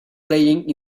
playing